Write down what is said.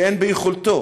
שאין ביכולתו,